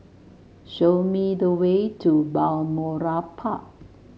show me the way to Balmoral Park